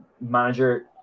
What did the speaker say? manager